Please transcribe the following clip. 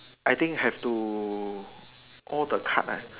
I think have to all the card ah